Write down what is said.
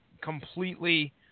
completely